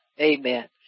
Amen